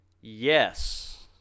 Yes